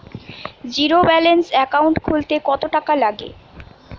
Zero balance account খুলতে কত টাকা লাগে?